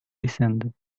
descended